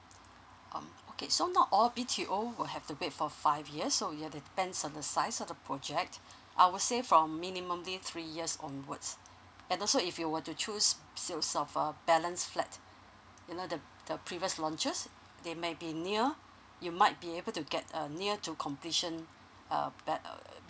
um okay so not all B_T_O will have to wait for five years so you have to depends on the size of the project I would say from minimum ly three years onwards and also if you were to choose sales of uh balance flat you know the the previous launches they may be near you might be able to get a near to completion uh ba~ uh